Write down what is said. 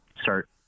start